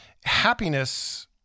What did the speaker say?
Happiness